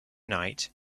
night